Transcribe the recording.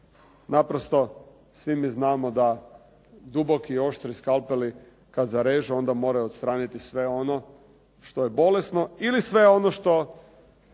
Naprosto svi mi znamo da duboki oštri skalpeli kada zarežu, onda moraju odstraniti sve ono što je bolesno ili sve ono što